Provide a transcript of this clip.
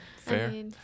Fair